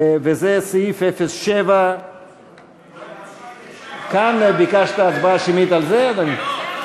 וזה סעיף 07. ביקשת הצבעה שמית על זה, אדוני?